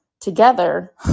together